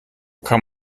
kann